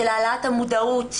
של העלאת המודעות,